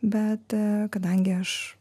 bet kadangi aš